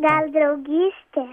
gal draugystė